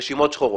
רשימות שחורות.